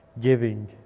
giving